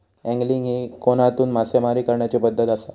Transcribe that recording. angling ही कोनातून मासेमारी करण्याची पद्धत आसा